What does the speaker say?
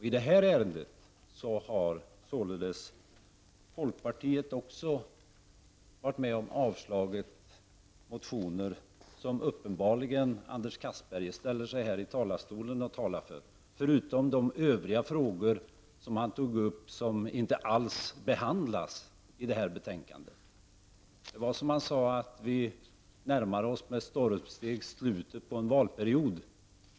I det här ärendet har således folkpartiet varit med att avstyrka motioner som uppenbarligen Anders Castberger här i talarstolen talade för, förutom att han tog upp frågor som inte alls behandlas i detta betänkande. Som han sade närmar vi oss med stormsteg slutet på en valperiod.